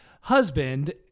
husband